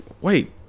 wait